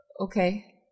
Okay